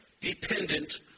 dependent